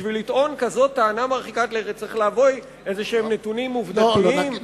בשביל לטעון כזאת טענה מרחיקת לכת צריך לבוא עם נתונים עובדתיים כלשהם.